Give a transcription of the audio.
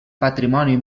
patrimoni